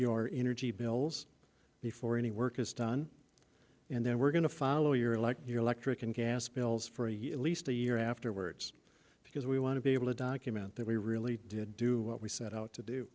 your energy bills before any work is done and then we're going to follow your lead your electric and gas bills for a year at least a year afterwards because we want to be able to document that we really did do what we set out to do